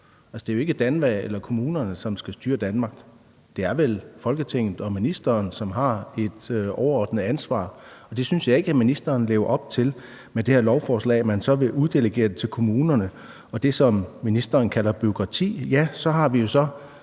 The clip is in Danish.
det er jo ikke DANVA eller kommunerne, som skal styre Danmark; det er vel Folketinget og ministeren, som har et overordnet ansvar, og det synes jeg ikke at ministeren lever op til med det her lovforslag, hvor man så vil uddelegere det til kommunerne. Og med hensyn til det, som ministeren kalder bureaukrati, så har vi jo